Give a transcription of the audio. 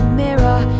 mirror